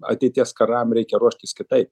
ateities karams reikia ruoštis kitaip